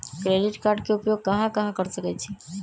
Credit card के उपयोग कहां कहां कर सकईछी?